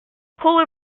polar